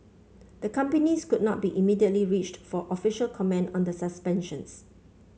the companies could not be immediately reached for official comment on the suspensions